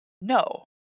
No